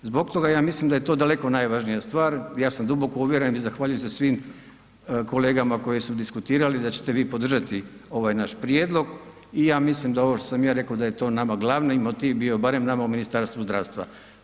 Zbog toga ja mislim da je to daleko najvažnija stvar, ja sam duboko uvjeren i zahvaljujem se svim kolegama koji su diskutirali da ćete vi podržati ovaj naš prijedlog i ja mislim da ovo što sam ja reko da je to nama glavni motiv bio, barem nama u Ministarstvu zdravstva.